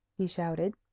he shouted.